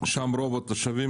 שהיה יושב-ראש ועדת הכלכלה הקודם,